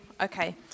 Okay